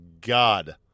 God